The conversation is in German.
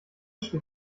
steht